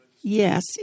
yes